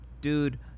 dude